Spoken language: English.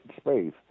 space